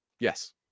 Yes